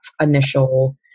initial